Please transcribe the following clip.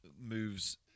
moves